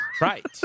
Right